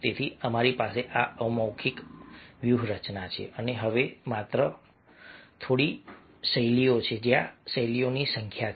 તેથી અમારી પાસે આ મૌખિક અમૌખિક વ્યૂહરચના છે અને હવે માત્ર થોડી શૈલીઓ છે ત્યાં શૈલીઓની સંખ્યા છે